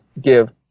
give